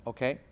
Okay